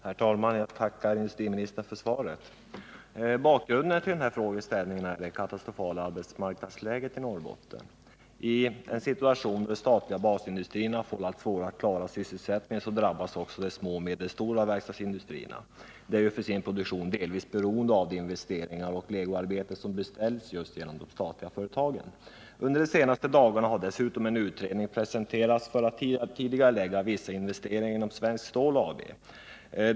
Herr talman! Jag tackar industriministern för svaret. Bakgrunden till frågeställningen är det katastrofala arbetsmarknadsläget i Norrbotten. I en situation då de statliga basindustrierna får allt svårare att klara sysselsättningen drabbas också de små och medelstora verkstadsindustrierna. De är ju för sin produktion delvis beroende av de investeringar och legoarbeten som beställs genom de statliga företagen. Under de senaste dagarna har dessutom en utredning presenterats för att tidigarelägga vissa investeringar inom Svenskt Stål AB.